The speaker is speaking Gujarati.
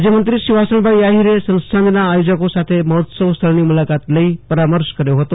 રાજ્યમંત્રી વાસણભાઈ આહિરે સંસ્થાનના આયોજકો સાથે મહોત્સવ સ્થળની મુલાકાત લઈ પરામર્શ કર્યો હતો